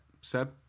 Seb